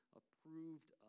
approved